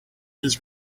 his